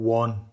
one